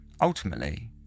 Ultimately